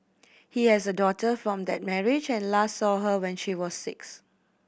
he has a daughter from that marriage and last saw her when she was six